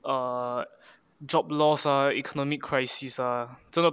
err job loss are economic crisis ah 这个